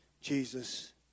Jesus